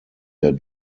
der